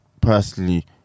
personally